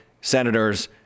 senators